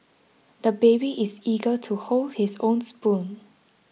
the baby is eager to hold his own spoon